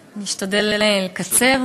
אני אשתדל לקצר.